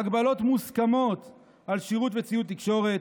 (הגבלות מוסכמות על שירות וציוד תקשורת).